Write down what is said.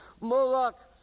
Moloch